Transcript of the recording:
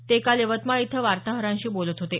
ते काल यवतमाळ इथं वार्ताहरांशी बोलत होते